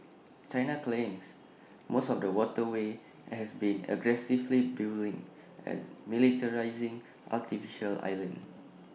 China claims most of the waterway and has been aggressively building and militarising artificial islands